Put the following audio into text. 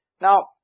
Now